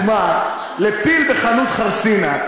אנחנו לא בחוק הנורבגי הזה.